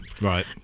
right